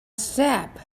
step